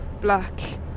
black